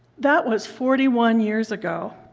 that was forty one years ago.